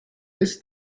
ist